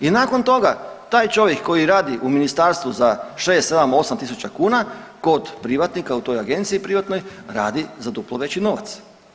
I nakon toga, taj čovjek koji radi u ministarstvu za 6, 7, 8 tisuća kuna, kod privatnika u toj agenciji privatnoj radi za duplo veći novac.